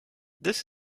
this